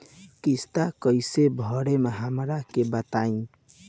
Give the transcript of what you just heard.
किस्त कइसे भरेम हमरा के बताई?